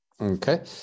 Okay